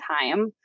time